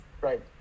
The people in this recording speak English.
right